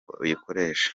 uyikoresha